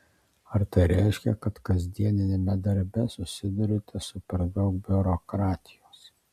ar tai reiškia kad kasdieniame darbe susiduriate su per daug biurokratijos